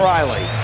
Riley